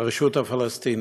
הרשות הפלסטינית,